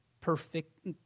perfect